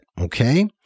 okay